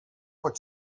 pot